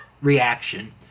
reaction